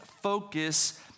focus